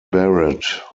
barrett